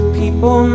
people